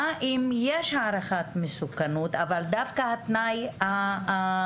מה אם יש הערכת מסוכנות אבל דווקא התנאי הראשון,